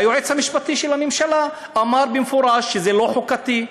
והיועץ המשפטי לממשלה אמר במפורש שזה לא חוקתי,